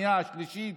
שנייה ושלישית,